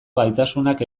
gaitasunak